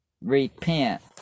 Repent